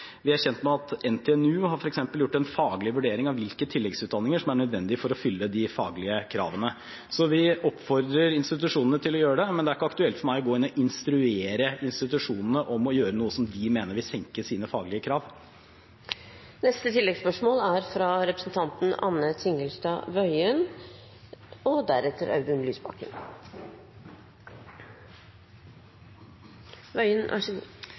Vi er kjent med at NTNU f.eks. har gjort en faglig vurdering av hvilke tilleggsutdanninger som er nødvendige for å fylle de faglige kravene. Så vi oppfordrer institusjonene til å gjøre det, men det er ikke aktuelt for meg å gå inn og instruere institusjonene om å gjøre noe som de mener vil senke deres faglige krav. Anne Tingelstad Wøien – til oppfølgingsspørsmål. Akkurat dette med studier, dagpenger og